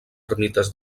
ermites